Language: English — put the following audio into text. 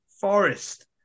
Forest